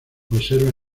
observa